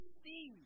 see